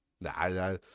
Nah